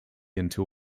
until